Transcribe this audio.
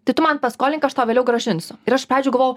tai tu man paskolink aš tau vėliau grąžinsiu ir aš pavyzdžiui galvojau